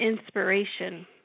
inspiration